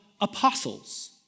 apostles